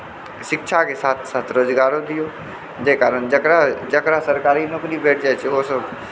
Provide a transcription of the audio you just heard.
शिक्षाके साथ साथ रोजगारो दिऔ जाहि कारण जकरा सरकारी नौकरी भेट जाइ छै ओ सभ